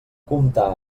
comptar